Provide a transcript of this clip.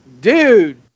dude